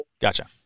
Gotcha